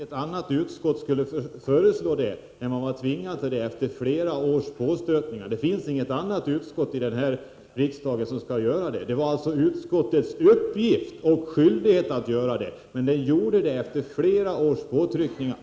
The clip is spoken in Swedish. Herr talman! Vilket annat utskott, Kjell Nilsson, skulle föreslå det? Man var ju tvingad till det efter flera års påstötningar. Det finns inget annat utskott i riksdagen som skulle göra det. Det var alltså utskottets uppgift och skyldighet att göra det, och utskottet gjorde det efter flera års påtryckningar.